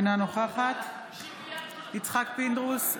אינה נוכחת יצחק פינדרוס,